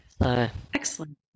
Excellent